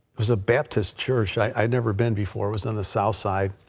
was a baptist church. i had never been before. it was on the south side.